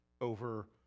over